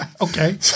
Okay